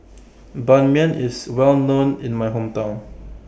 Ban Mian IS Well known in My Hometown